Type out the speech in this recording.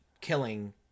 killing